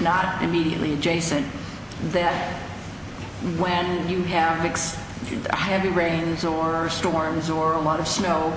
not immediately adjacent to that when you have mixed heavy rains or storms or a lot of snow